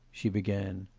she began.